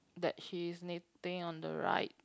that she is knitting on the right